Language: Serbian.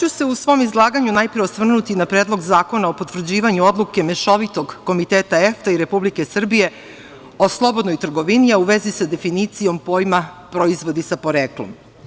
U svom izlaganju najpre ću se osvrnuti na Predlog zakona o potvrđivanju odluke Mešovitog komiteta EFTE i Republike Srbije o slobodnoj trgovini, a u vezi sa definicijom pojma proizvodi sa poreklom.